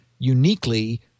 uniquely